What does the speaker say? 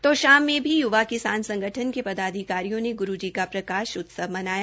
तोशाम में भी युवा किसान संगठन के पदाधिकारियों ने ग्रू जी का प्रकाश उत्सव मनाया